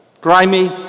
grimy